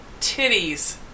titties